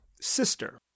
Sister